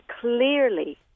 clearly